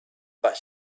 but